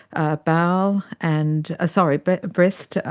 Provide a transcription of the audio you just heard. ah bowel and, ah sorry, but breast,